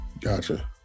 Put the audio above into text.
Gotcha